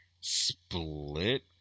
split